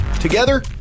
Together